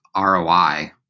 ROI